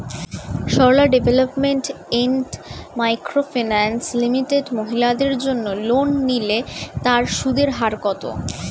Sarala development and micro finance limited মহিলাদের জন্য loan নিলে তার সুদের হার কত?